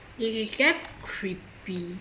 it is damn creepy